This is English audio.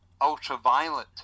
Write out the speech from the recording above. ultraviolet